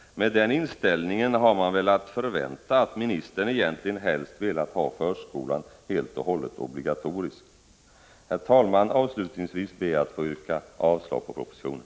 Med den inställningen kan man väl förmoda att statsrådet helst velat ha förskolan helt och hållet obligatorisk. Herr talman! Jag ber avslutningsvis att få yrka avslag på propositionen.